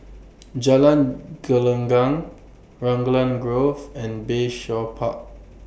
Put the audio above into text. Jalan Gelenggang Raglan Grove and Bayshore Park